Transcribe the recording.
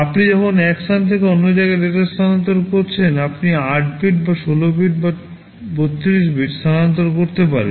আপনি যখন এক স্থান থেকে অন্য জায়গায় ডেটা স্থানান্তর করছেন আপনি 8 bit বা 16 bit বা 32 bit স্থানান্তর করতে পারেন